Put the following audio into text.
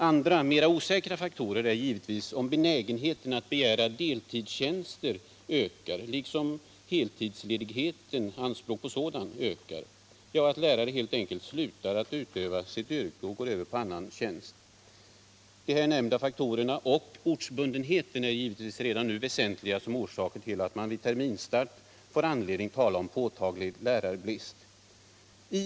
Andra, mera osäkra faktorer är givetvis om benägenheten att begära deltidstjänster ökar liksom om anspråken på heltidsledighet ökar, så att lärare helt enkelt slutar utöva sitt yrke och går över till annan tjänst. De här nämnda faktorerna och ortsbundenheten är givetvis redan nu väsentliga orsaker till att man vid terminsstart får anledning tala om påtaglig lärarbrist på vissa håll i landet.